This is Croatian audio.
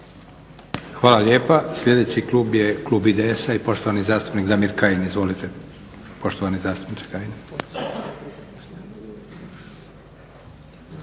Hvala lijepa. Sljedeći klub je klub IDS-a i poštovani zastupnik Damir Kajin. Izvolite